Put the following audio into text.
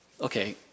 Okay